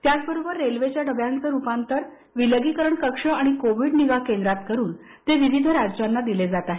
त्याचबरोबर रेल्वेच्या डब्यांच रुपांतर विलगीकरण कक्ष आणि कोविड निगा केंद्रात करून ते विविध राज्यांना देण्यात आले आहेत